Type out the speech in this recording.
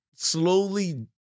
slowly